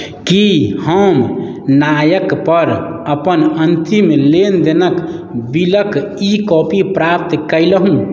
की हम नायकपर अपन अन्तिम लेनदेनक बिलक ई कॉपी प्राप्त कयलहुँ